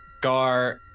Gar